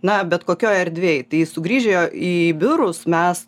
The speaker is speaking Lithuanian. na bet kokioj erdvėj tai sugrįžę į biurus mes